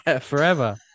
forever